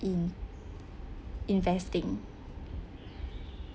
in investing